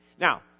Now